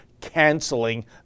canceling